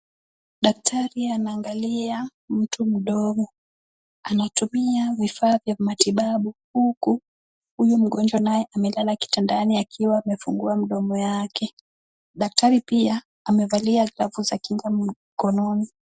Daktari anaangalia mtu mdogo. Anatumia vifaa vya matibabu huku huyu mgonjwa naye amelala kitandani akiwa amefungua mdomo yake. Daktari pia amevalia glavu za kinga mikononi.